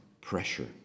pressure